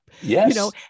Yes